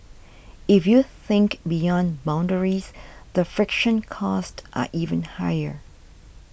if you think beyond boundaries the friction costs are even higher